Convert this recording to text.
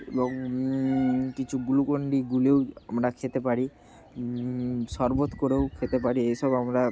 এবং কিছু Glucon D গুলেও আমরা খেতে পারি শরবত করেও খেতে পারি এ সব আমরা